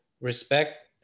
respect